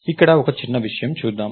ఇక్కడ ఒక చిన్న విషయం చూద్దాం